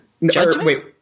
Wait